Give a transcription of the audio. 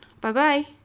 Bye-bye